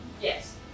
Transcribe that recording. Yes